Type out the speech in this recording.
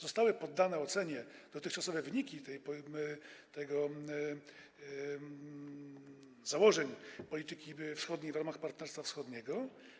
Zostały poddane ocenie dotychczasowe wyniki realizacji założeń polityki wschodniej w ramach Partnerstwa Wschodniego.